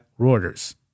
Reuters